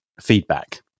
feedback